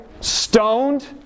Stoned